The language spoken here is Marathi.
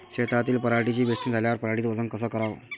शेतातील पराटीची वेचनी झाल्यावर पराटीचं वजन कस कराव?